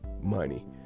money